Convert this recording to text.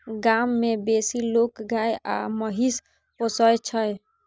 गाम मे बेसी लोक गाय आ महिष पोसय छै